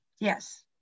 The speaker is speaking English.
Yes